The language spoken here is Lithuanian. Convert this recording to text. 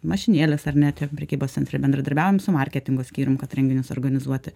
mašinėlės ar ne tiek prekybos centre bendradarbiaujam su marketingo skyrium kad renginius organizuoti